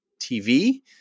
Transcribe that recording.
TV